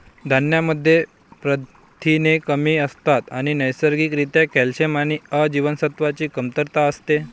धान्यांमध्ये प्रथिने कमी असतात आणि नैसर्गिक रित्या कॅल्शियम आणि अ जीवनसत्वाची कमतरता असते